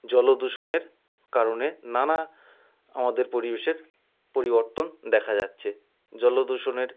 জল দূষণের কারণে নানা আমাদের পরিবেশের পরিবর্তন দেখা যাচ্ছে জল দূষণের